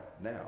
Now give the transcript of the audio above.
now